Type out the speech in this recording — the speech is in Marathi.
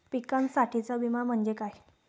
पिकांसाठीचा विमा म्हणजे काय?